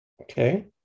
Okay